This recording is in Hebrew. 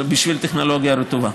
בשביל טכנולוגיה רטובה.